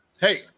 Hey